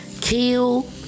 kill